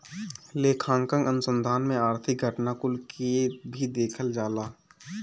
लेखांकन अनुसंधान में आर्थिक घटना कुल के भी देखल जाला